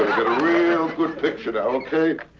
get a real good picture now, okay?